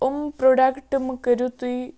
یِم پرٛوڈَکٹ مہٕ کٔرِو تُہۍ